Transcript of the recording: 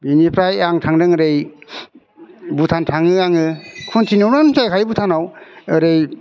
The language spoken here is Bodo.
बेनिफ्राय आं थांदों ओरै भुटान थाङो आङो कन्टिनिउआनो जाखायो भुटानाव ओरै